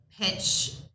pitch